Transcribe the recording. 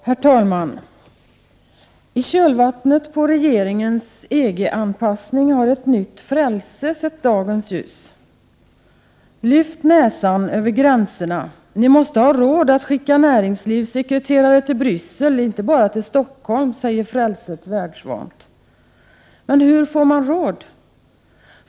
Herr talman! I kölvattnet på regeringens EG-anpassning har ett nytt frälse sett dagens ljus. ”Lyft näsan över gränserna! Ni måste ha råd att skicka näringslivssekreterare till Bryssel, inte bara till Stockholm”, säger frälset världsvant. Men hur får man råd?